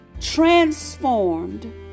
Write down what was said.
transformed